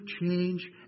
change